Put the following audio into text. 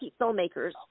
filmmakers